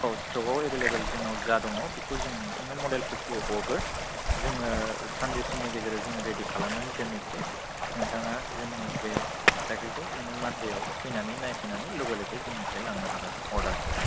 औ स्टकआव एभेलेबोल जोंनाव जा दङ बेखौ जों नोंथांनो मडेलस्फोरखौ हरगोन जोङो सानडे सिमनि गेजेराव जोङो रेडि खालामनान दोननोसै नोंथाङा जोंनि बे साइकेलखौ नोंनो मानडेयाव फैनानै नायफैनानै लगे लगे जोंनिफ्राय लांनो हागोन अर्डारखौ